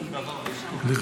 בבקשה.